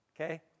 okay